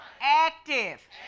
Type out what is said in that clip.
active